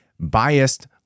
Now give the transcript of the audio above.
biased